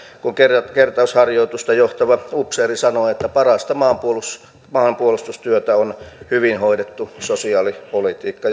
kun kertausharjoitusta johtava upseeri sanoi että parasta maanpuolustustyötä on hyvin hoidettu sosiaalipolitiikka